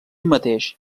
mateix